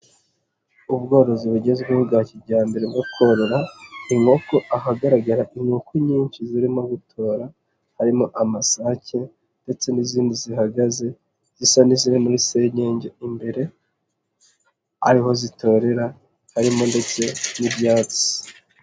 Ubworozi bugezweho bwa kijyambere bwo korora inkoko, ahagaragara inkoko nyinshi zirimo gutora harimo amasake ,ndetse n'izindi zihagaze zisa n'iziri muri senyenge imbere ,ariho zitorera harimo ndetse n'ibyatsi.